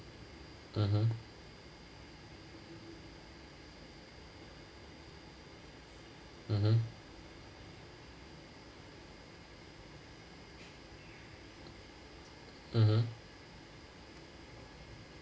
mmhmm mmhmm mmhmm